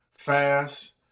fast